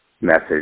message